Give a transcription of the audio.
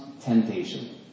temptation